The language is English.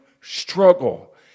struggle